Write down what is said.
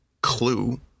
clue